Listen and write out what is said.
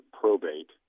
probate